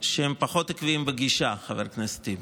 שהם פחות עקביים בגישה, חבר הכנסת טיבי,